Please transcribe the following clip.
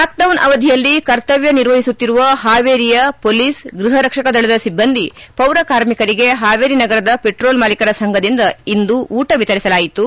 lock down ಅವಧಿಯಲ್ಲಿ ಕರ್ತವ್ನ ನಿರ್ವಹಿಸುತ್ತಿರುವ ಪಾವೇರಿಯ ಪೊಲೀಸ್ ಗೃಪ ರಕ್ಷಕ ದಳದ ಸಿಬ್ಬಂದಿ ಪೌರ ಕಾರ್ಮಿಕರಿಗೆ ಹಾವೇರಿ ನಗರದ ಪೆಟ್ರೋಲ್ ಮಾಲೀಕರ ಸಂಘದಿಂದ ಇಂದು ಊಟ ವಿತರಿಸಲಾಯಿತು